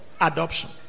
adoption